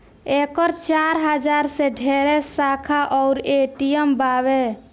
एकर चार हजार से ढेरे शाखा अउर ए.टी.एम बावे